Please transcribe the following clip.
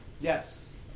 Yes